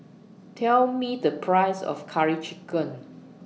Tell Me The Price of Curry Chicken